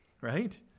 right